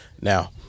Now